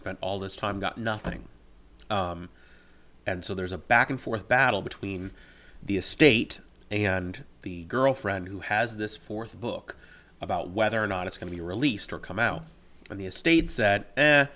spent all this time got nothing and so there's a back and forth battle between the estate and the girlfriend who has this fourth book about whether or not it's going to be released or come out and the estate